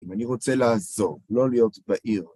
אני רוצה לעזוב, לא להיות בעיר.